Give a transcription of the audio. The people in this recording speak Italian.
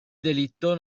delitto